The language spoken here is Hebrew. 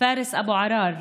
פארס אבו עראר,